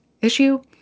issue